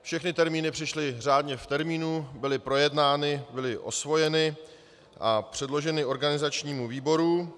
Všechny návrhy přišly řádně v termínu, byly projednány, byly osvojeny a předloženy organizačnímu výboru.